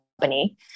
company